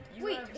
wait